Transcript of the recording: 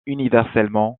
universellement